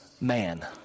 man